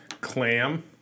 Clam